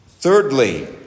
Thirdly